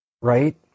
Right